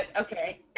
Okay